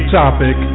topic